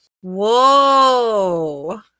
Whoa